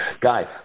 Guys